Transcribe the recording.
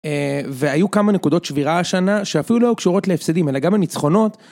והיו כמה נקודות שבירה השנה שאפילו לא היו קשורות להפסדים אלא גם הניצחונות.